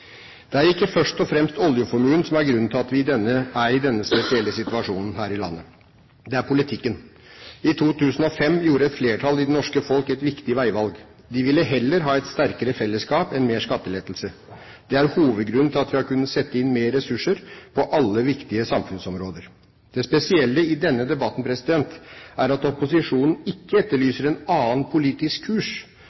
Det er ikke først og fremst oljeformuen som er grunnen til at vi er i denne spesielle situasjonen her i landet. Det er politikken. I 2005 gjorde et flertall i det norske folk et viktig veivalg. De ville heller ha et sterkere fellesskap enn mer skattelettelse. Det er hovedgrunnen til at vi har kunnet sette inn mer ressurser på alle viktige samfunnsområder. Det spesielle i denne debatten er at opposisjonen ikke